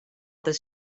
this